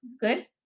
Good